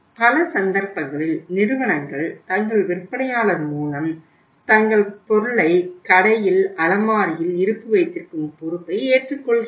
பல சந்தர்ப்பங்களில் நிறுவனங்கள் தங்கள் விற்பனையாளர் மூலம் தங்கள் பொருளை கடையில் அலமாரியில் இருப்பு வைத்திருக்கும் பொறுப்பை ஏற்றுக்கொள்கின்றன